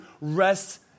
rest